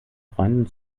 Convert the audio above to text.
freunden